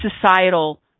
societal